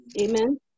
Amen